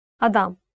Adam